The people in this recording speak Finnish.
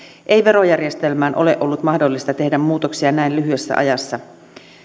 ei verojärjestelmään ole ollut mahdollista tehdä muutoksia näin lyhyessä ajassa